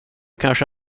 kanske